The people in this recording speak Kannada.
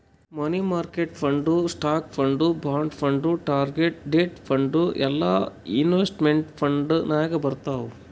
money market fund, stock fund, bond fund, target date fund ಎಲ್ಲಾ ಇನ್ವೆಸ್ಟ್ಮೆಂಟ್ ಫಂಡ್ ನಾಗ್ ಬರ್ತಾವ್